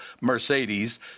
Mercedes